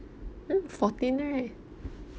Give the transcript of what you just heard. mm fourteen right